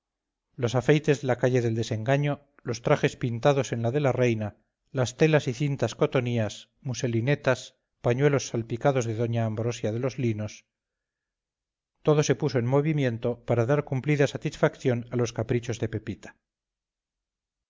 los afeites de la calle del desengaño los trajes pintados en la de la reina las telas y cintas cotonías muselinetas pañuelos salpicados de doña ambrosia de los linos todo se puso en movimiento para dar cumplida satisfacción a los caprichos de pepita